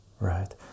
right